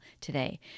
today